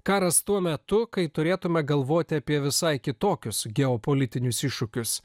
karas tuo metu kai turėtumėme galvoti apie visai kitokius geopolitinius iššūkius